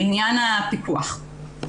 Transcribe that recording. לעניין הפיקוח,